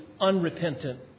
unrepentant